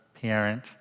parent